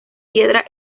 piedra